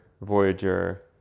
Voyager